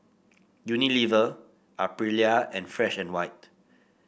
Unilever Aprilia and Fresh And White